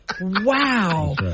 Wow